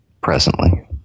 presently